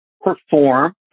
perform